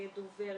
יהיה דובר,